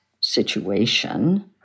situation